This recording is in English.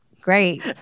great